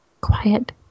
Quiet